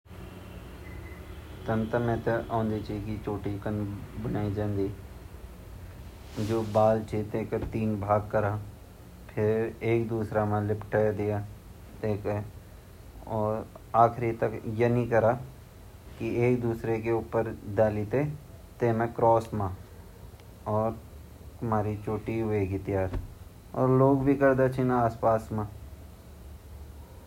हों हों बालू चोटी बडोंद ता मेते भोत अछि औंदी वन ता मिन ज़्यादा चोटी नि बनाई पर जन बाल पकन अर वेमा हम बालू ते तीन बारे बार हिस्सा मा बाँट दयान्दा तब योक तरफा उठौंदा तब दूसरी तरफ बे यथ कना तब बीचे तरफ बे माथि निकना अर इनि अगिन-पीछिन अगिन-पीछिन वेटे रन ,फिर हमा आसपास भी लोग भोत अछि चोटी बड़ोदा ता उ चोटी बहोत सुन्दर लगन बड़ेते।